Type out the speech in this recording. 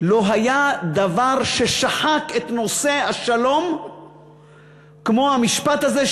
לא היה דבר ששחק את נושא השלום כמו המשפט הזה,